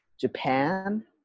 Japan